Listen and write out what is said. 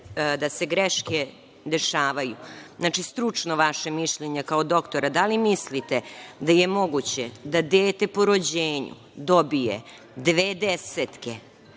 da se greške dešavaju. Znači, stručno vaše mišljenje, kao doktora – da li mislite da je moguće da dete po rođenju dobije dve desetke,